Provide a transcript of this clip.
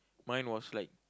mine was like